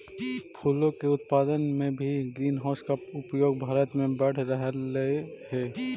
फूलों के उत्पादन में भी ग्रीन हाउस का उपयोग भारत में बढ़ रहलइ हे